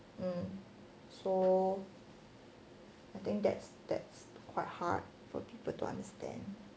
um so I think that's that's quite hard for people to understand